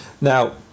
Now